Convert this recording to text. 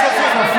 כספים.